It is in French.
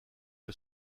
que